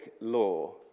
law